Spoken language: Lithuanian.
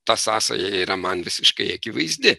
ta sąsaja yra man visiškai akivaizdi